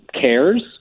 cares